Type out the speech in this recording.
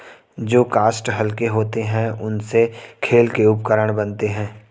जो काष्ठ हल्के होते हैं, उनसे खेल के उपकरण बनते हैं